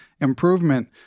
improvement